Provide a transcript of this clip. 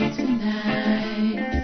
tonight